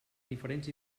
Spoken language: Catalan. diferents